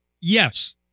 yes